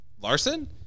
Larson